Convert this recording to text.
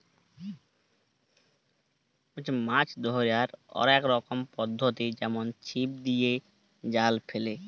মাছ ধ্যরার অলেক রকমের পদ্ধতি যেমল ছিপ দিয়ে, জাল ফেলে